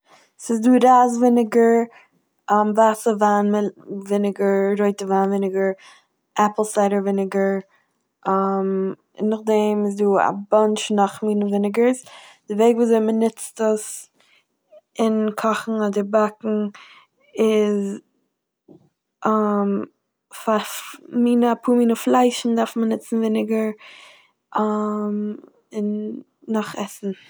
ס'איז דא רייז וויניגער, ווייסע וויין- מיל- וויניגער, רויטע וויין וויניגער, עפל סיידער וויניגער, און נאכדעם איז דא א באנטש נאך מינע וויניגערס, די וועג ווי אזוי מ'נוצט עס אין קאכן אדער באקן איז פאפ- אפאר מינע פליישן דארף מען נוצן וויניגער, און נאך עסן.